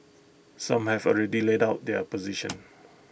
some have already laid out their position